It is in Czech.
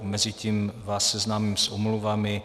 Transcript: Mezitím vás seznámím s omluvami.